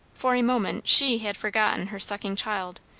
for a moment she had forgotten her sucking child,